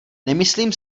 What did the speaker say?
nemyslím